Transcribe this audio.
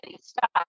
stop